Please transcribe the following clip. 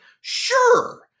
Sure